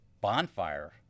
bonfire